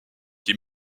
qui